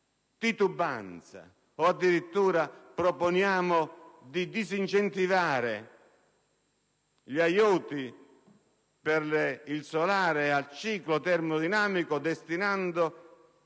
titubanza o addirittura proponiamo di disincentivare gli aiuti per il solare a ciclo termodinamico, destinando